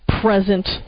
present